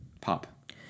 Pop